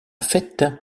fête